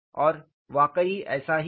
और वाकई ऐसा ही है